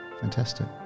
Fantastic